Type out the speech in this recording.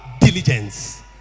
Diligence